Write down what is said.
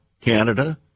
Canada